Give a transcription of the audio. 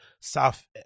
south